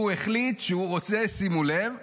הוא החליט שהוא רוצה, שימו לב,